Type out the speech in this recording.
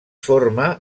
forma